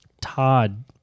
Todd